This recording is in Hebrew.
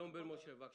שלום בן משה, בבקשה.